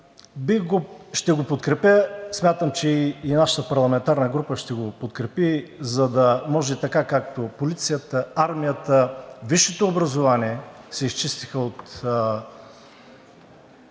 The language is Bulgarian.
Ще го подкрепя. Смятам, че и нашата парламентарна група ще го подкрепи, за да може така, както полицията, армията, висшето образование се изчистиха от